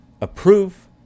approve